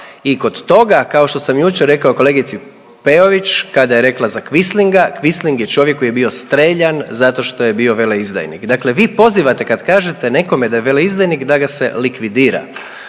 I kod toga kao što sam juče4r rekao kolegici Peović kada je rekla za kvislinga. Kvisling je čovjek koji je bio strijeljan zato što je bio veleizdajnik. Dakle, vi pozivate kad kažete nekome da je veleizdajnik da ga se likvidira.